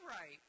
right